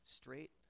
straight